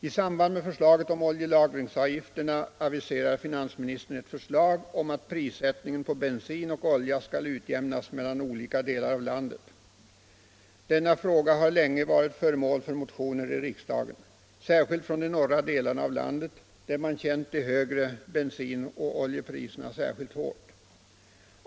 I samband med förslaget om oljelagringsavgifterna aviserar finansministern ett förslag om att prissättningen på bensin och olja skall utjämnas mellan olika delar av landet. Denna fråga har länge varit föremål för motioner i riksdagen, särskilt från representanter för de norra delarna av landet, där man känt de högre bensinoch oljepriserna särskilt hårt.